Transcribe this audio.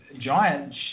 giant